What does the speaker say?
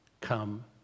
come